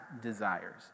desires